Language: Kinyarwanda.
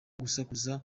gusakuza